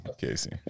Casey